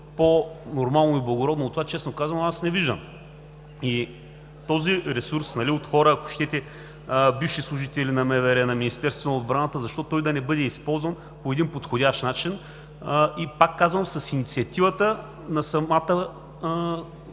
по-нормално и благородно от това, честно казано, аз не виждам. И този ресурс от хора, ако щете, бивши служители на МВР, на Министерството на отбраната, защо той да не бъде използван по един подходящ начин? И пак казвам, с инициативата на самата